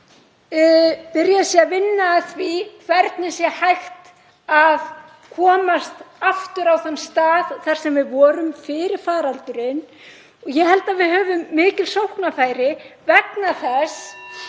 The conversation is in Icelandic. byrjað sé að vinna að því hvernig sé hægt að komast aftur á þann stað þar sem við vorum fyrir faraldurinn. Ég held að við höfum mikil sóknarfæri vegna þess